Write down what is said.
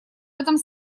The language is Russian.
этом